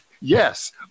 Yes